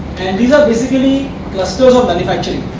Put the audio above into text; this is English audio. and these are basically clusters of manufacturing